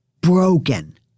broken